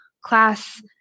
class